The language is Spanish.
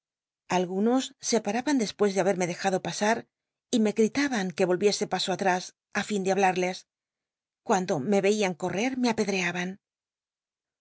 algunos se paraban dc pue de haberme dejado pasar y me gritaban que ohicse paso all is a fin de hablarles cuando me yeian correr me apedreaban